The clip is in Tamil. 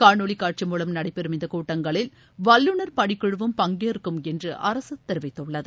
காணொளிகாட்சி மூலம் நடைபெறும் இந்தக் கூட்டங்களில் வல்லுநர்பணிக்குழுவும் பங்கேற்கும் என்றுஅரசு தெரிவித்துள்ளது